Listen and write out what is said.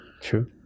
True